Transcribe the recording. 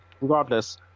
regardless